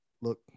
look